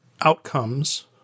outcomes